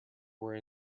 were